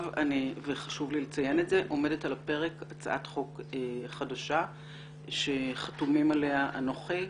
חשוב לי לציין שעומדת על הפרק הצעת חוק חדשה עליה חתומים אנכי,